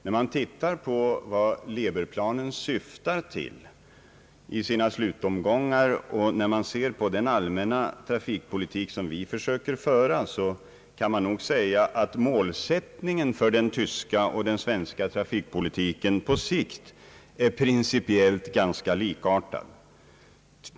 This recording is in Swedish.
När man tittar på vad Leberplanen syftar till i sina slutomgångar, och när man ser på den allmänna trafikpolitik som vi försöker föra, kan man säga att målsättningen för den tyska och den svenska trafikpolitiken på sikt är principiellt ganska likartad.